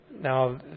Now